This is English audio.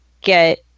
get